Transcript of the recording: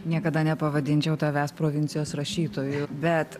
niekada nepavadinčiau tavęs provincijos rašytoju bet